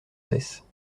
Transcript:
cesse